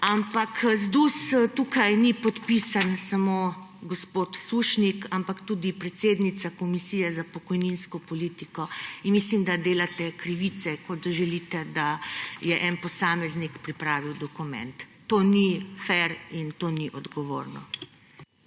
Ampak glede ZDUS, tukaj ni podpisan samo gospod Sušnik, ampak tudi predsednica Komisije za pokojninsko politiko. In mislim, da delate krivice, kot želite, da je en posameznik pripravil dokument. To ni fer in to ni odgovorno.